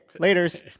laters